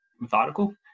methodical